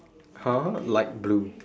!huh! light blue